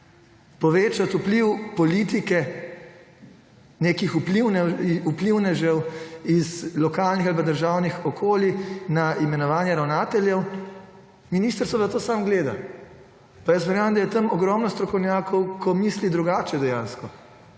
povečati vpliv politike, nekih vplivnežev iz lokalnih ali pa državnih okolij na imenovanje ravnateljev, ministrstvo pa to samo gleda. Pa verjamem, da je tam ogromno strokovnjakov, ki dejansko